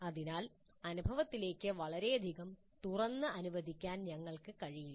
അതിനാൽ അനുഭവത്തിലേക്ക് വളരെയധികം തുറന്നത് അനുവദിക്കാൻ ഞങ്ങൾക്ക് കഴിയില്ല